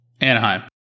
Anaheim